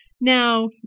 Now